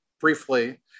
briefly